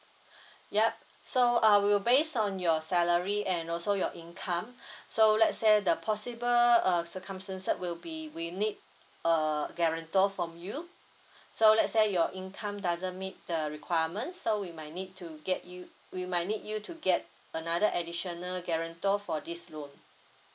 yup so uh we will based on your salary and also your income so let's say the possible uh circumstances will be we need uh guarantor from you so let's say your income doesn't meet the requirement so we might need to get you we might need you to get another additional guarantor for this loan